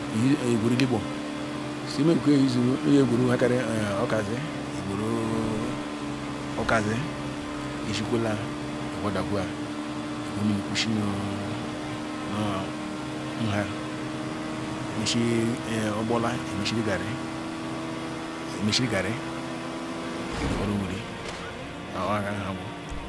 Igweri eligbor imeh keh a-use-u ikuru nhe kami okazi igweru okazi ishe kwela ihuoda huo egweru mini nu nu nhan imeshi ogborla imeshiri garri iri huorowuri.